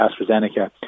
AstraZeneca